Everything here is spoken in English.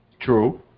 True